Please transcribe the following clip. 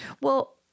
Well-